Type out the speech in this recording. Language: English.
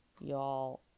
Y'all